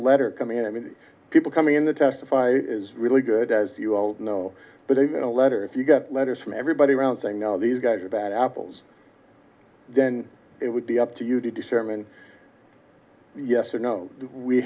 letter coming in i mean people coming in the testify is really good as you all know but in a letter if you get letters from everybody around saying these guys are bad apples then it would be up to you to disarm and yes or no we